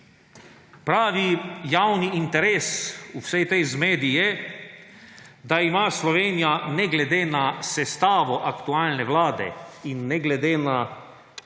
Pravi javni interes v vsej tej zmedi je, da ima Slovenija ne glede na sestavo aktualne vlade in ne glede na